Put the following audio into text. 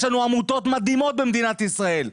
יש לנו עמותות מדהימות במדינת ישראל.